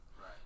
Right